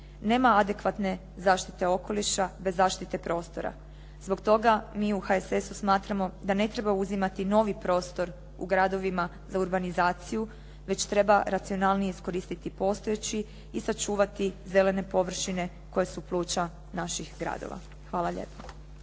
Nema adekvatne zaštite okoliša bez zaštite prostora. Zbog toga mi u HSS-u smatramo da ne treba uzimati novi prostor u gradovima za urbanizaciju već treba racionalnije iskoristiti postojeći i sačuvati zelene površine koje su pluća naših gradova. Hvala lijepa.